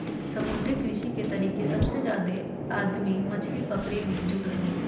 समुद्री कृषि के तरीके सबसे जादे आदमी मछली पकड़े मे जुड़ल हइ